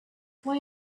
why